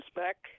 back